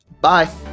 Bye